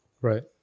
Right